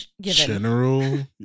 general